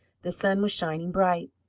the sun was shining bright.